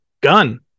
gun